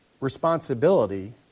responsibility